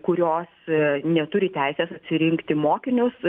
kurios neturi teisės atsirinkti mokinius